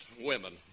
Women